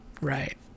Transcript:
Right